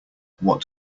what